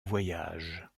voyage